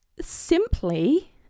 simply